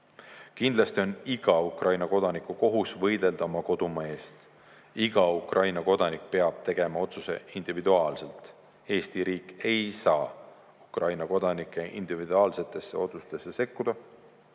Kindlasti on iga Ukraina kodaniku kohus võidelda oma kodumaa eest. Iga Ukraina kodanik peab tegema otsuse individuaalselt. Eesti riik ei saa Ukraina kodanike individuaalsetesse otsustesse sekkuda.